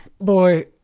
Boy